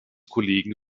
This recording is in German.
kollegen